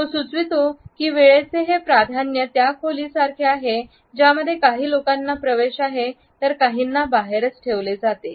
तो सुचवितो किं वेळचे हे प्राधान्य त्या खोली सारखे आहे ज्यामध्ये काही लोकांना प्रवेश आहे तर काहींना बाहेरच ठेवले जाते